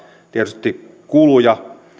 tietysti kuluja